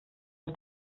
auf